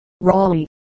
Raleigh